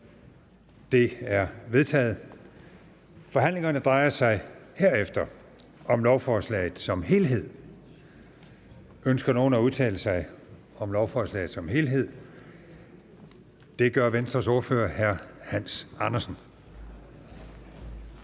De er vedtaget. Forhandlingerne drejer sig herefter om lovforslaget som helhed. Ønsker nogen at udtale sig om lovforslaget som helhed? Det gør Venstres ordfører, hr. Hans Andersen.